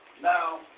Now